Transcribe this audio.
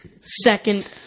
Second